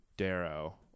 Darrow